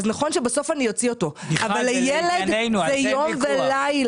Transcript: נכון שבסוף אני אוציא את הסכום הזה אבל עבור ילד זה יום ולילה.